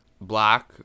Black